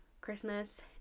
Christmas